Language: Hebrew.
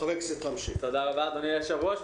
תודה רבה אדוני היושב-ראש.